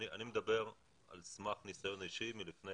אני מדבר על סמך ניסיון אישי מלפני